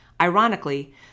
Ironically